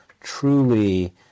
truly